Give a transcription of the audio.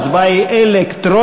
ההצבעה היא אלקטרונית.